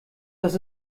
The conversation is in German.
das